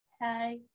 Hi